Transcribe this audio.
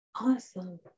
Awesome